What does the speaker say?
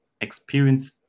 experience